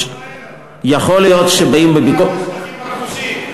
שטחים כבושים,